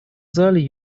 зале